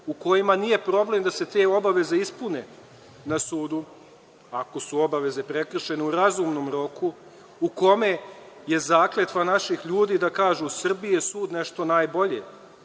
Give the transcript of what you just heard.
u kome nije problem da se te obaveze ispune na sudu, ako su obaveze prekršene u razumnom roku, u kome je zakletva naših ljudi da kažu – u Srbiji je sud nešto najbolje,